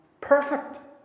perfect